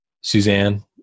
Suzanne